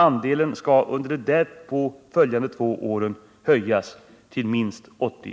Andelen skall under de två därpå följande åren höjas till minst 80 ”..